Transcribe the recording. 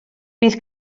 bydd